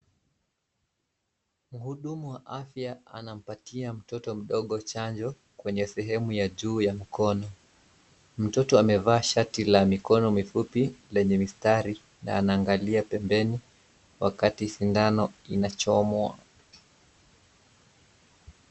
Mhudumu wa afya anampatia mtoto mdogo chanjo kwenye sehemu ya juu ya mkono. Mtoto amevaa shati la mikono mifupi lenye mistari na anaangalia pembeni wakati sindano inachomwa.